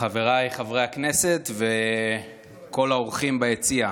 חבריי חברי הכנסת וכל האורחים ביציע,